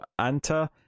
Anta